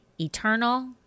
eternal